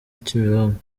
kimironko